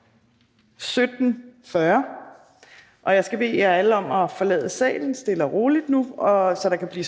17.40. Jeg skal bede alle om at forlade salen stille og roligt nu, så der kan blive